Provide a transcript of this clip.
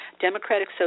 Democratic